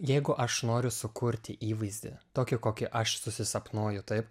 jeigu aš noriu sukurti įvaizdį tokį kokį aš susisapnuoju taip